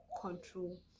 control